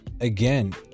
again